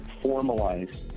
formalize